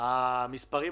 אם זה 6,